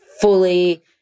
fully